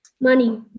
money